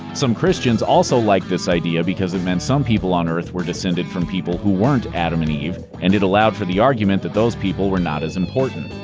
some christians also liked this idea because it meant some people on earth were descended from people who weren't adam and eve, and it allowed for the argument that those people were not as important.